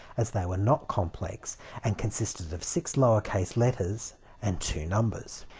as they were not complex and consisted of six lower case letters and two numbers.